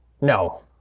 No